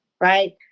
right